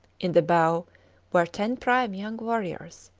in the bow were ten prime young warriors,